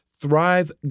Thrive